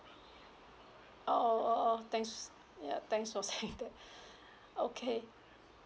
err uh uh thanks ya thanks for saying that okay